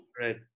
Right